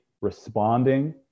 responding